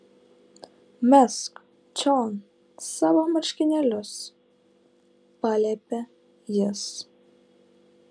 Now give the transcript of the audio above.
mesk čion savo marškinėlius paliepė jis